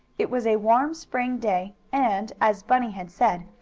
it was a warm spring day, and, as bunny had said,